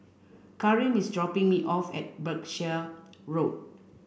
Kareem is dropping me off at Berkshire Road